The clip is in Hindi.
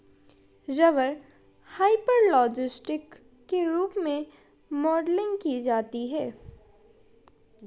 रबर हाइपरलोस्टिक के रूप में मॉडलिंग की जाती है